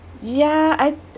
ya I